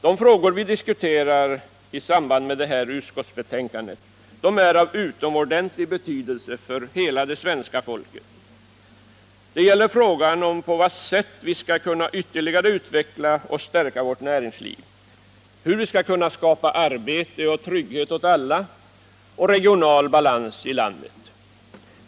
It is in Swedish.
De frågor vi diskuterar i samband med detta utskottsbetänkande är av utomordentlig betydelse för hela svenska folket. Det gäller frågan på vad sätt vi skall kunna ytterligare utveckla och stärka vårt näringsliv, hur vi skall kunna skapa arbete och trygghet för alla och regional balans i landet.